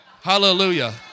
Hallelujah